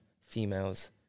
Females